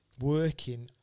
working